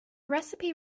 recipe